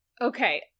Okay